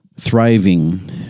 thriving